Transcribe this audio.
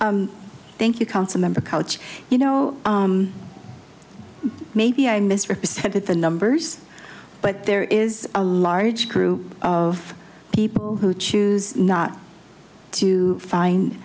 thank you council member couch you know maybe i misrepresented the numbers but there is a large group of people who choose not to find